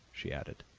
she added,